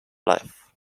life